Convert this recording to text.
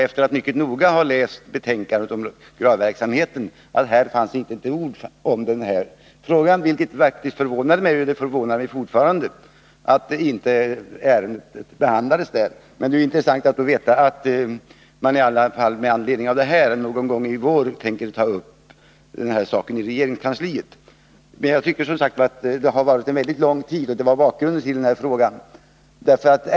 Efter att mycket noga ha läst betänkandet om begravningsverksamheten konstaterade jag att det inte fanns ett enda ord om den här frågan i betänkandet, vilket förvånade mig. Och det förvånar mig fortfarande att inte ärendet behandlades där. Därför är det intressant att få veta att frågan i alla fall någon gång i vår skall tas upp i regeringskansliet. Jag tycker att det har tagit mycket lång tid, och det var bakgrunden till frågan.